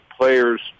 players